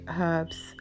herbs